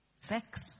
sex